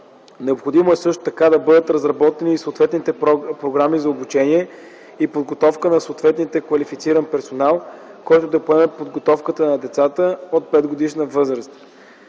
Необходимо е също така да бъдат разработени съответните програми за обучение и подготовка на съответния квалифициран персонал, който да поеме подготовката на децата от 5-годишна възраст.